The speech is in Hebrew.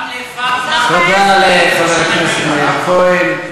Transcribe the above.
גם, תודה לחבר הכנסת מאיר כהן.